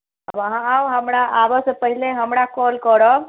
आब अहाँ आउ हमरा आबयसँ पहिने हमरा कॉल करब